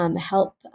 Help